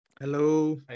Hello